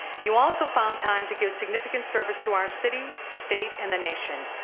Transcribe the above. you also found time to give significant service to our city, the state and the nation.